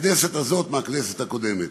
הכנסת הזאת מהכנסת הקודמת.